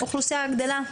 האוכלוסייה גדלה,